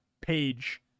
page